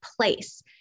place